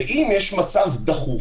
ואם יש מצב דחוף,